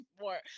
more